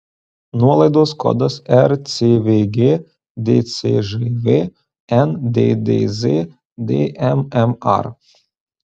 nuolaidos kodas rcvg dcžv nddz dmmr